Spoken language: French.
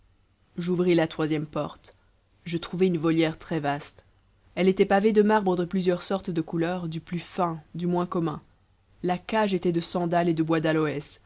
j'ouvris la troisième porte je trouvai une volière très vaste elle était pavée de marbre de plusieurs sortes de couleurs du plus fin du moins commun la cage était de sandal et de bois d'aloès